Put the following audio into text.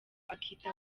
akita